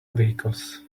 vehicles